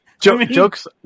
Jokes